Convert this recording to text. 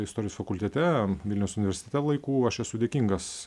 istorijos fakultete vilniaus universitete laikų aš esu dėkingas